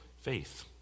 Faith